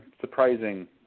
surprising